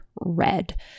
red